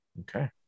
Okay